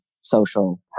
social